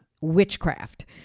witchcraft